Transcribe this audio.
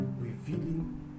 revealing